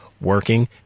working